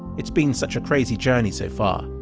it's been such a crazy journey so far,